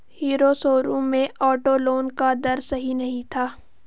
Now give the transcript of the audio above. hero showroom में auto loan का दर सही नहीं था